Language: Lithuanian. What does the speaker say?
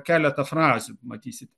keletą frazių matysite